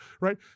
Right